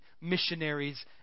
missionaries